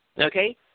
okay